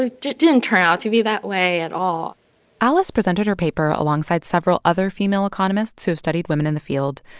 ah didn't didn't turn out to be that way at all alice presented her paper alongside several other female economists who have studied women in the field,